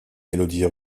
mélodies